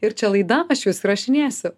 ir čia laida aš jus įrašinėsiu